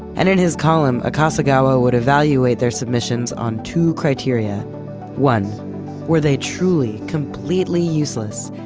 and in his column, akasegawa would evaluate their submissions on two criteria one were they truly, completely useless?